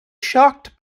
shocked